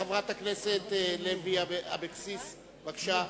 חברת הכנסת לוי אבקסיס, בבקשה.